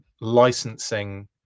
Licensing